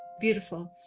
beautiful.